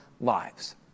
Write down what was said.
lives